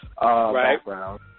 background